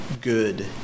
good